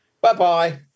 Bye-bye